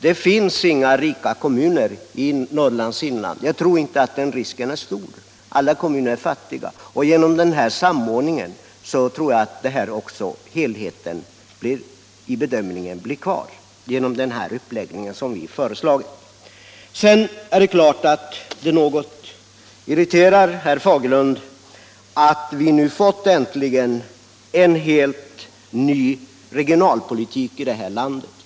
Det finns inga rika kommuner i Norrlands inland —- alla kommuner är fattiga. Med den uppläggning som vi har föreslagit tror jag att helheten i bedömningen blir kvar. Det irriterar naturligtvis herr Fagerlund något att vi nu äntligen har fått en ny regionalpolitik i landet.